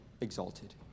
exalted